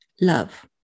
love